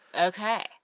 Okay